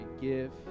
give